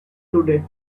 today